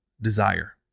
desire